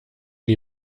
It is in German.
die